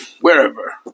wherever